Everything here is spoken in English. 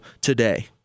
today